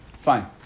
fine